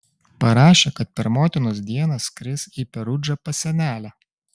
parašė kad per motinos dieną skris į perudžą pas senelę